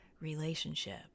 relationship